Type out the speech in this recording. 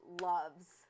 loves